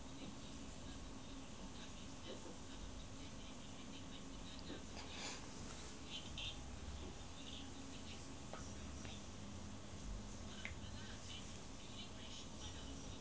ya